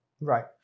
right